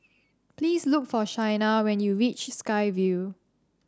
please look for Shaina when you reach Sky Vue